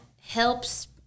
helps